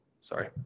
sorry